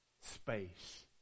space